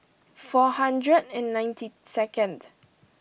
four hundred and ninety second